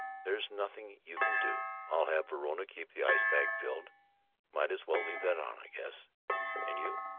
there's nothing you can do. i'll have verona keep the ice-bag filled might as well leave that on, i guess and you,